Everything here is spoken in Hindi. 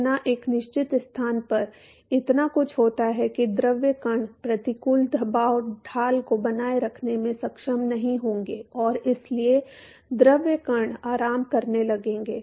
इतना एक निश्चित स्थान पर इतना कुछ होता है कि द्रव कण प्रतिकूल दबाव ढाल को बनाए रखने में सक्षम नहीं होंगे और इसलिए द्रव कण आराम करने लगेंगे